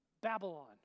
Babylon